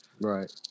Right